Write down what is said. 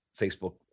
facebook